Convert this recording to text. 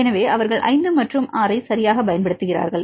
எனவே அவர்கள் 5 மற்றும் 6 ஐ சரியாகப் பயன்படுத்துகிறார்கள்